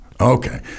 Okay